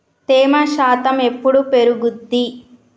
తేమ శాతం ఎప్పుడు పెరుగుద్ది?